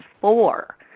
four